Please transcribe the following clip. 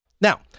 Now